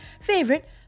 favorite